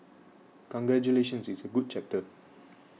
congratulations it's a good chapter